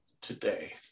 today